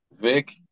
Vic